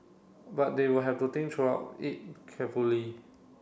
but they will have to think throughout it carefully